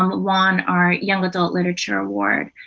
won our young adult literature award,